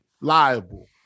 liable